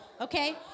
okay